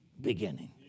beginning